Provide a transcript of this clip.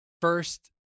First